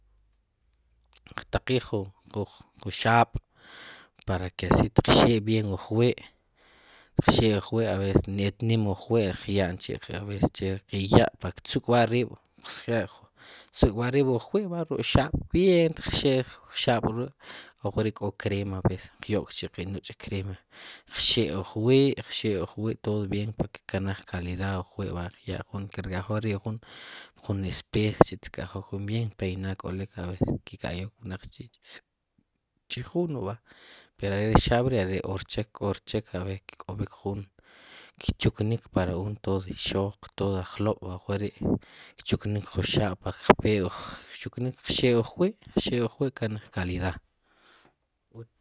Qtaquiij ju, ju xab', para que así tqxe' bien wuq wi', qxe' wuq wi' a veces et nim wuq wi' qya'n a veces chi che qui y'a rech ttz'uk'wa rib', qxe' tsuk'a rib' wuq wi' va, reuk' xab' bien tqxe' xab' re', ajk'ori' k'o crema pues qyok chi qii nuch' crema qxe' qwi', qxe' qwi' todo bien par que k kanaj calidad wuq wi' va, qya'n, kir kayjok rib' jun pjun espejo, kir kayjok bien peinado a veces ki' kayok wnaq chi', chij jun va, pero are' ri' ri xab' k'o rchek, k'o rchek, kk'ob'ik jun kchuknik para uno, todo ixoq, todo ajk'ob', ajk'ori' kchuknik ju xab' kpee kchuknik, qxe' wuq wi', qxe' wuq wi' kkanaj calidad